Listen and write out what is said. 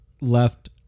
left